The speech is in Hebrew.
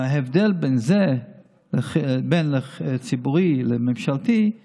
ההבדל בין ציבורי לממשלתי הוא